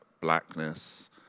blackness